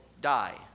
die